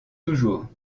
toujours